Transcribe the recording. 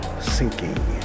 sinking